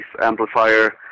amplifier